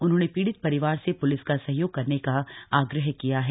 उन्होंने पीड़ित परिवार से पुलिस का सहयोग करने का आग्रह किया है